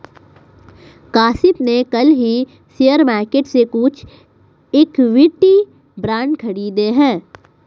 काशिफ़ ने कल ही शेयर मार्केट से कुछ इक्विटी बांड खरीदे है